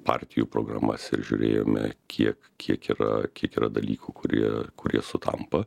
partijų programas ir žiūrėjome kiek kiek yra kiek yra dalykų kurie kurie sutampa